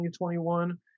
2021